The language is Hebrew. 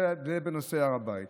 זה בנושא הר הבית.